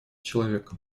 человек